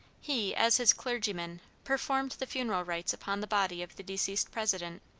he, as his clergyman, performed the funeral rites upon the body of the deceased president,